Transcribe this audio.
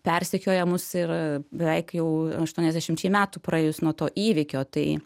persekioja mus ir beveik jau aštuoniasdešimčiai metų praėjus nuo to įvykio tai